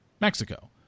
Mexico